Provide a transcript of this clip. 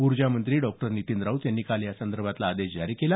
ऊर्जामंत्री डॉ राऊत यांनी काल या संदर्भातला आदेश जारी केला